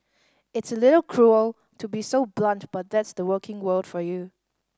it's little cruel to be so blunt but that's the working world for you